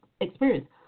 experience